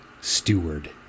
steward